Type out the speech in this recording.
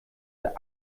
der